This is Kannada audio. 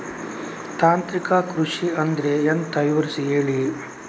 ತಾಂತ್ರಿಕ ಕೃಷಿ ಅಂದ್ರೆ ಎಂತ ವಿವರಿಸಿ ಹೇಳಿ